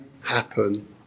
happen